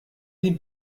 die